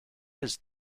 his